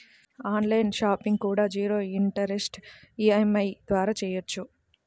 on line shopping కూడా zero interest EMI ద్వారా చెయ్యొచ్చు